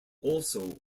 also